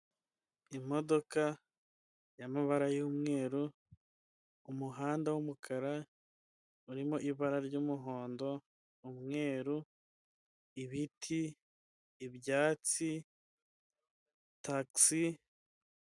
Imodoka y'amabara yumweru, umuhanda w'umukara urimo ibara ry'umuhondo umweru, ibiti, ibyatsi takisi.